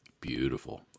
Beautiful